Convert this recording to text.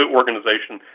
organization